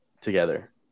together